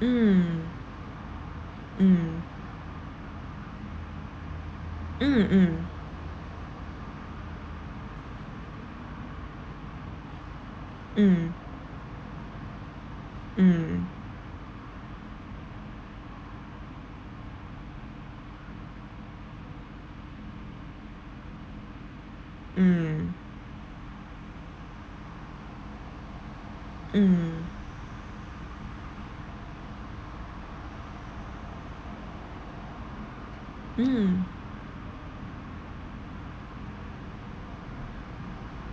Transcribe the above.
mm mm mm mm mm mm mm mm